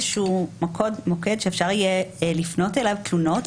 שהוא מוקד שאפשר יהיה להפנות אליו תלונות,